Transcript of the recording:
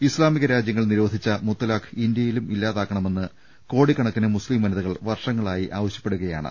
ഇസ്ലാമിക രാജ്യങ്ങൾ നിരോധിച്ച മുത്വലാഖ് ഇന്ത്യയിലും ഇല്ലാതാക്കണമെന്ന് കോടിക്കണക്കിന് മുസ്ലിം വനിതകൾ വർഷങ്ങളായി ആവ ശ്യപ്പെടുകയാണ്